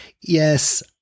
yes